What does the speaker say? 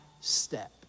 step